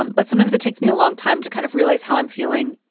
um but sometimes it takes me a long time to kind of realize how i'm feeling.